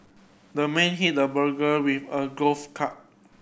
the man hit the burglar with a golf club